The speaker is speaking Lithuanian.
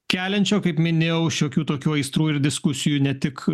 keliančio kaip minėjau šiokių tokių aistrų ir diskusijų ne tik